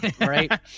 right